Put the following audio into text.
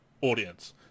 audience